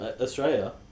australia